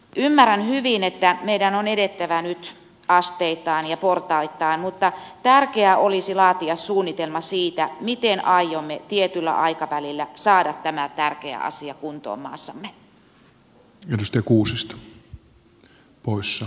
ymmärrän hyvin että meidän on edettävä nyt asteittain ja portaittain mutta tärkeää olisi laatia suunnitelma siitä miten aiomme tietyllä aikavälillä saada tämän tärkeän asian kuntoon maassamme